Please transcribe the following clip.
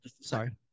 Sorry